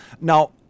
now